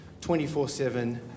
24-7